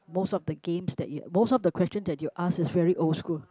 most of the games that you most of the question that you ask is very old school